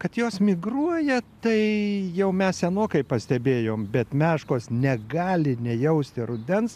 kad jos migruoja tai jau mes senokai pastebėjom bet meškos negali nejausti rudens